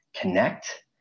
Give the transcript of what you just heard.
connect